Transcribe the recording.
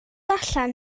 allan